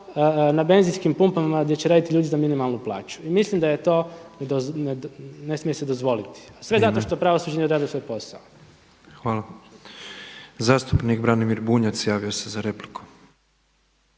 na benzinskim pumpama gdje će raditi ljudi za minimalnu plaću. I mislim da je to, ne smije se dozvoliti a sve zato što pravosuđe ne radi svoj posao. **Petrov, Božo (MOST)** Hvala. Zastupnik Branimir Bunjac javio se za repliku.